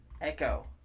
Echo